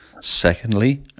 Secondly